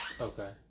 Okay